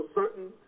certain